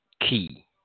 key